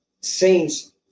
Saints